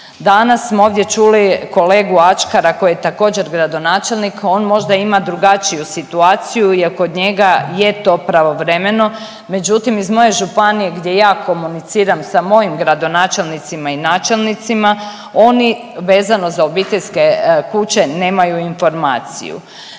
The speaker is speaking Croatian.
Danas smo ovdje čuli kolegu Ačkara koji je također gradonačelnik, on možda ima drugačiju situaciju jel kod njega je to pravovremeno, međutim iz moje županije gdje ja komuniciram sa mojim gradonačelnicima i načelnicima, oni vezano za obiteljske kuće nemaju informaciju.